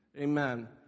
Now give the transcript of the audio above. Amen